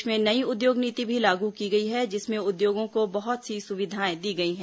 प्रदेश में नई उद्योग नीति भी लागू की गई है जिसमें उद्योगों को बहुत सी सुविधाएं दी गई हैं